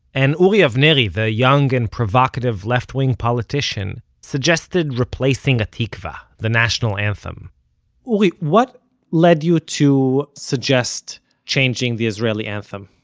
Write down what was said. and uri avnery, the young and provocative left-wing politician, suggested replacing hatikvah, the national anthem uri, what led you to suggest changing the israeli anthem?